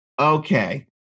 okay